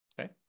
Okay